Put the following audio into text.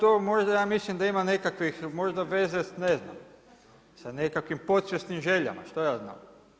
To možda ja mislim da ima nekakvih možda veze s ne znam sa nekakvim podsvjesnim željama, što ja znam.